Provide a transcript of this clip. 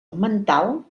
mental